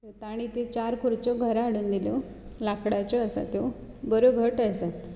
तांणी ती चार कुर्च्यो घरा हाडून दिल्यो लांकडाच्यो आसात त्यो बऱ्यो घट्ट आसात